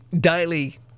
daily